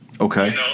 Okay